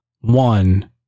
one